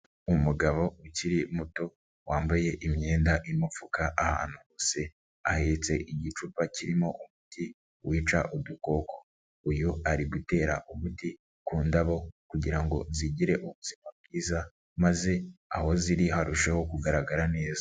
Umugabo ukiri muto, wambaye imyenda imupfuka ahantu hose, ahetse igicupa kirimo umuti wica udukoko. Uyu ari gutera umuti ku ndabo kugira ngo zigire ubuzima bwiza maze aho ziri harusheho kugaragara neza.